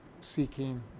seeking